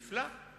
נפלא.